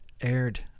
aired